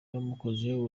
bamukozeho